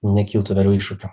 nekiltų vėliau iššūkių